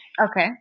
Okay